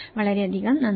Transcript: വളരെയധികം നന്ദി